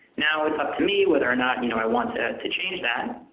now it is up to me whether or not you know i want to to change that,